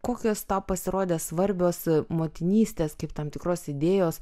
kokios tau pasirodė svarbios motinystės kaip tam tikros idėjos